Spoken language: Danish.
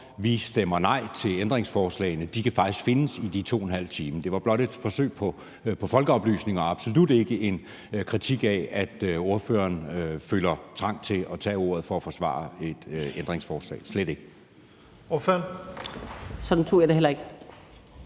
vi stemmer nej til ændringsforslagene, faktisk kan findes i de 2½ times optagelser. Det var blot et forsøg på folkeoplysning og absolut ikke en kritik af, at ordføreren føler trang til at tage ordet for at forsvare et ændringsforslag, slet ikke. Kl. 10:21 Første